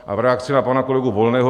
A v reakci na pana kolegu Volného.